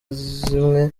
zimwe